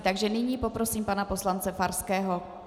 Takže nyní poprosím pana poslance Farského.